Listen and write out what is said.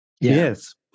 Yes